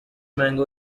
mango